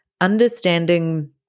understanding